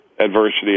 adversity